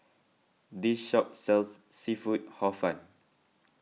this shop sells Seafood Hor Fun